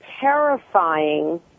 terrifying